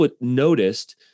noticed